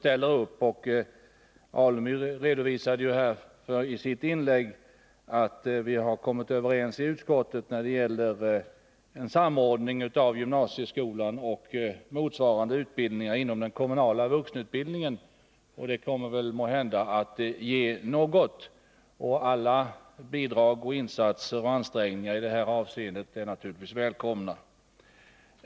Stig Alemyr redovisade i sitt inlägg att vi i utskottet har kommit överens när det gäller en samordning av gymnasieskolan och motsvarande utbildningar inom den kommunala vuxenutbildningen, och det kommer måhända att ge något. Alla bidrag och ansträngningar i det här avseendet är självfallet välkomna.